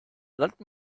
let